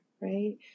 right